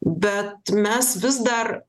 bet mes vis dar